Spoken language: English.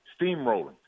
steamrolling